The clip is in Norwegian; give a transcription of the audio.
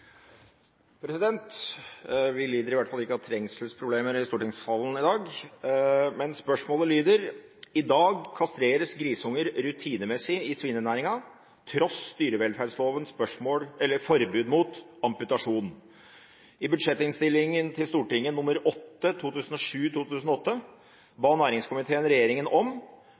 Vi har i hvert fall ikke trengselsproblemer i stortingssalen i dag. Spørsmålet lyder: «I dag kastreres grisunger rutinemessig i svinenæringa, tross dyrevelferdslovens forbud mot amputasjon. I Budsjett-innst. S. nr. 8 ba næringskomiteen regjeringen om å «[...] så snart som mulig komme tilbake til Stortinget